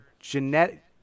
genetic –